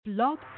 Blog